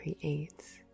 creates